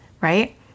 right